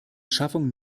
schaffung